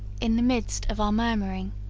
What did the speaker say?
in the midst of our murmuring,